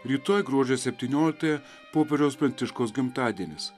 rytoj gruodžio septynioliktąją popiežiaus pranciškaus gimtadienis